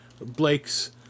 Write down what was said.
Blake's